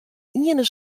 iene